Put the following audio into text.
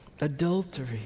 Adultery